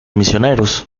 misioneros